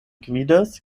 gvidas